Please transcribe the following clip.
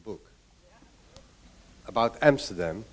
book about amsterdam